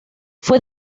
fue